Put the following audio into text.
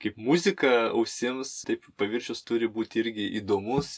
kaip muzika ausims taip paviršius turi būti irgi įdomus